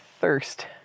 thirst